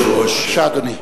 היושב-ראש, בבקשה, אדוני.